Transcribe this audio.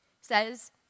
says